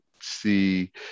see